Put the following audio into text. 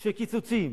של קיצוצים